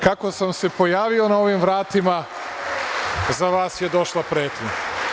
Kako sam se pojavio na ovim vratima, za vas je došla pretnja.